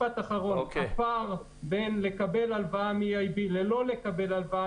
הפער בין לקבל הלוואה מ-EIB ללא לקבל הלוואה